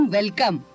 Welcome